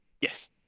Yes